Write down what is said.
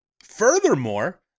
Furthermore